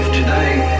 today